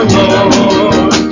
Lord